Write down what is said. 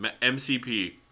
MCP